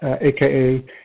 AKA